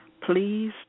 please